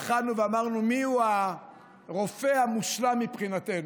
בחנו ואמרנו מיהו הרופא המושלם מבחינתנו.